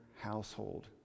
household